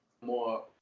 more